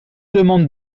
demande